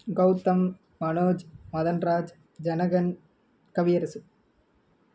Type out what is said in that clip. Gautham Manoj Madhanraj Janagan Kaviyarasu